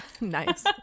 Nice